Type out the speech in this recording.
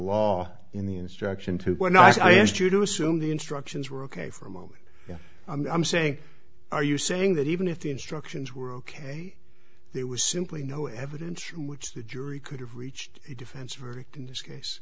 law in the instruction to when i asked you to assume the instructions were ok for a moment i'm saying are you saying that even if the instructions were ok there was simply no evidence from which the jury could have reached the defense very in this case